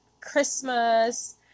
Christmas